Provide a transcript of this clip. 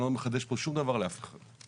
אני לא מחדש פה שום דבר לאף אחד.